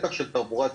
בטח של תחבורה ציבורית.